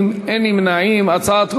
שיקומיים (תיקון,